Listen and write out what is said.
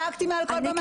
צעקתי מעל כל במה אפשרית.